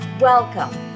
welcome